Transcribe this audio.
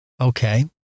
Okay